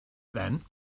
then